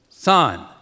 Son